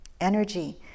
Energy